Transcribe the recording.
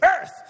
earth